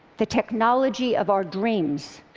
the technology of our dreams,